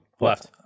Left